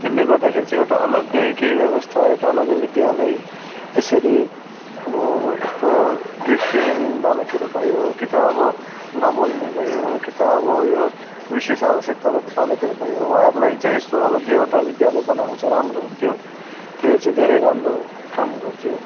त्यसले गर्दाखेरि चाहिँ एउटा अलग्गै केही व्यवस्था एउटा अलग्गै विद्यालय यसरी अब यस्तो दृष्टिहीन बालकहरू भयो कि त अब नबोल्ने भयो कि त अब यो विशेष आवश्यकता भएको बालकहरू भयो उहाँहरूलाई चाहिँ यस्तो अलग्गै एउटा विद्यालय बनाएको चाहिँ राम्रो हुन्थ्यो त्यसले चाहिँ धेरै राम्रो काम गर्थ्यो